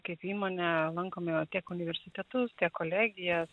kaip įmonė lankom jau tiek universitetus kolegijas